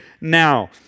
now